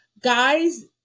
guys